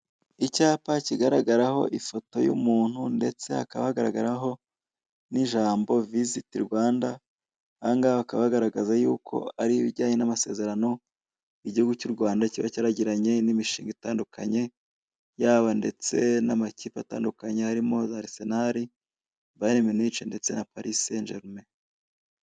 Icyapa kigaragaraho ifoto y'umuntu ndetse hakaba hagaragaraho n'ijambo Visit Rwanda, aha ngaha bakaba bagaragaza yuko ari ibijyanye n'amasezerano Igihugu cy'u Rwanda cyari cyaragiranye n'imishinga itandukanye, yaba ndetse n'amakipe atandukanye arimo za Arsenal Bayerm Munich ndetse na Paris Saint Germain.